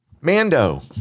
Mando